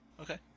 okay